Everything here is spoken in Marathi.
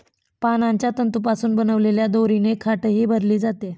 पानांच्या तंतूंपासून बनवलेल्या दोरीने खाटही भरली जाते